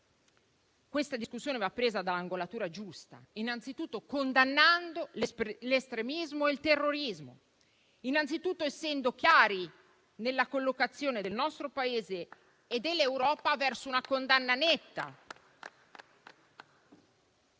Questa discussione va dunque presa dall'angolatura giusta, innanzitutto condannando l'estremismo e il terrorismo, innanzitutto essendo chiari nella collocazione del nostro Paese e dell'Europa su una posizione